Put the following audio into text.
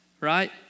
right